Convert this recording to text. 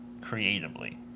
creatively